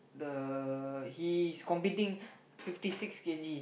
the he is competing fifty six K_G